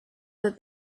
that